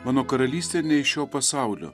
mano karalystė ne iš šio pasaulio